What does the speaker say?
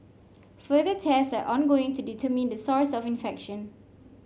further test are ongoing to determine the source of infection